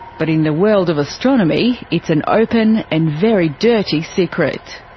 but in the world of astronomy it's an open and very dirty secret.